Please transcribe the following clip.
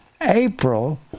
April